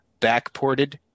backported